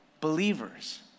believers